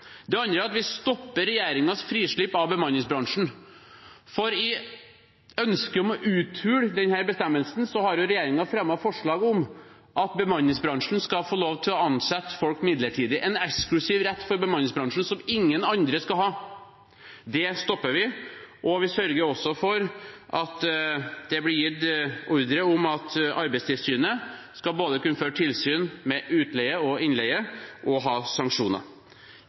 Det andre er at vi stopper regjeringens frislipp av bemanningsbransjen, for i ønsket om å uthule denne bestemmelsen har jo regjeringen fremmet forslag om at bemanningsbransjen skal få lov til å ansette folk midlertidig, en eksklusiv rett for bemanningsbransjen, som ingen andre skal ha. Det stopper vi, og vi sørger også for at det blir gitt ordre om at Arbeidstilsynet både skal kunne føre tilsyn med utleie og innleie og ha sanksjoner.